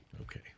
Okay